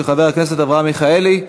של חבר הכנסת אברהם מיכאלי.